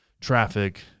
traffic